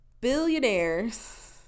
billionaires